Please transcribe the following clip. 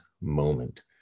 moment